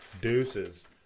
deuces